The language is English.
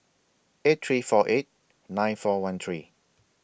eight three four eight nine four one three